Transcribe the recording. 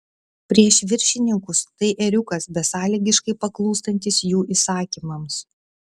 prieš viršininkus tai ėriukas besąlygiškai paklūstantis jų įsakymams